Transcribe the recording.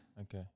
Okay